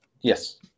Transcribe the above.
Yes